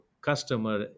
customer